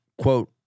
quote